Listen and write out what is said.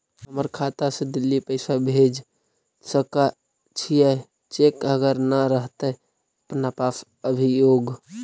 हमर खाता से दिल्ली पैसा भेज सकै छियै चेक अगर नय रहतै अपना पास अभियोग?